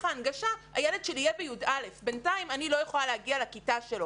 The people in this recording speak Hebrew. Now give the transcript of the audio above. ההנגשה הילד יהיה בי"א ובינתיים אני לא יכולה להגיע לכיתה שלו.